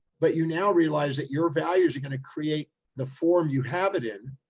but you now realize that your values are going to create the form you have it in.